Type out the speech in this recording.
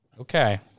Okay